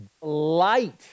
light